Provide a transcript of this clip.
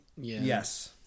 yes